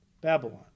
Babylon